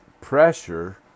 pressure